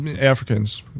Africans